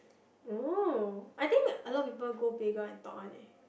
oh I think a lot of people go playground and talk one leh